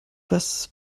was